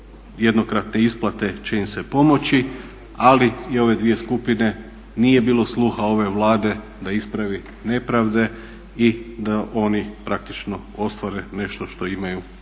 jednokratne isplate će im se pomoći. Ali i ove dvije skupine nije bilo sluha ove Vlade da isprave nepravde i da oni praktično ostvare nešto što imaju